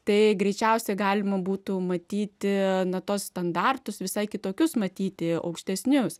tai greičiausiai galima būtų matyti na tuos standartus visai kitokius matyti aukštesnius